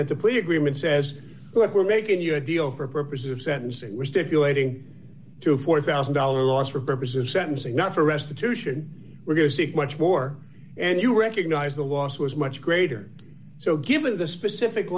that the plea agreement says look we're making you a deal for purposes of sentencing we're stipulating to four thousand dollars loss for purposes of sentencing not for restitution we're going to see much more and you recognize the loss was much greater so given the specific